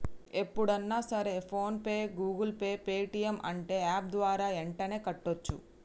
ఎప్పుడన్నా సరే PhonePe Google Pay Paytm అంటే యాప్ ద్వారా యెంటనే కట్టోచ్చు